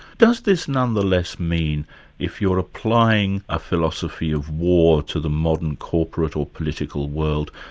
does this nonetheless mean if you're applying a philosophy of war to the modern corporate or political world,